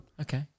Okay